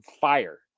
fire